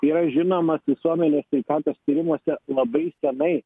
yra žinoma visuomenės sveikatos tyrimuose labai senai